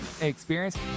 Experience